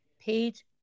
page